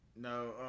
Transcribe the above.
no